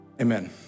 Amen